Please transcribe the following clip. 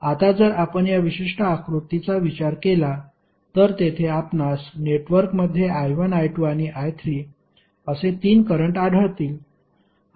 आता जर आपण या विशिष्ट आकृतीचा विचार केला तर तेथे आपणास नेटवर्कमध्ये I1 I2 आणि I3 असे 3 करंट आढळतील